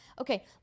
okay